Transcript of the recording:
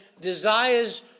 desires